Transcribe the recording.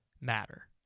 matter